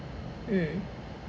mm